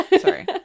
Sorry